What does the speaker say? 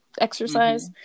exercise